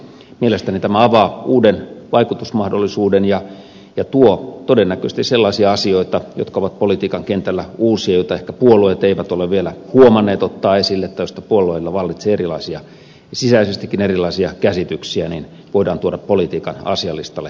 mielestäni tämä avaa uuden vaikutusmahdollisuuden ja todennäköisesti sellaisia asioita jotka ovat politiikan kentällä uusia joita ehkä puolueet eivät ole vielä huomanneet ottaa esille tai joista puolueilla vallitsee sisäisestikin erilaisia käsityksiä voidaan tuoda politiikan asialistalle tätä kautta